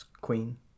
Queen